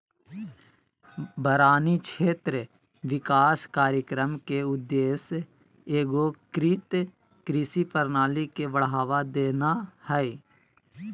बारानी क्षेत्र विकास कार्यक्रम के उद्देश्य एगोकृत कृषि प्रणाली के बढ़ावा देना हइ